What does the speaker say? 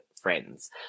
friends